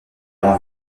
rend